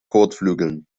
kotflügeln